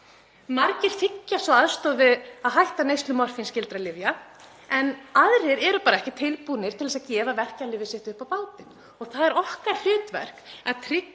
Margir þiggja svo aðstoð við að hætta neyslu morfínsskyldra lyfja en aðrir eru bara ekki tilbúnir til að gefa verkjalyfið sitt upp á bátinn og það er okkar hlutverk að tryggja